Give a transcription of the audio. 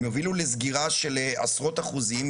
הם יובילו לסגירה של עשרות אחוזים.